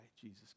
Jesus